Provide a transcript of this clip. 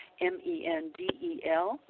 M-E-N-D-E-L